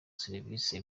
servisi